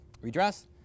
redress